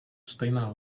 stejná